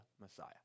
Messiah